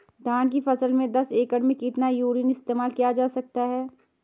धान की फसल में दस एकड़ में कितना यूरिया इस्तेमाल किया जा सकता है?